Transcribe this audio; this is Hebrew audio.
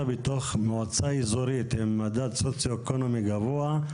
עם מועצה אזורית במדד סוציו-אקונומי גבוה,